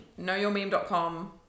Knowyourmeme.com